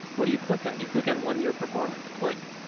what do you click on you click on one year performance click.